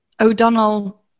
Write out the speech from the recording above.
O'Donnell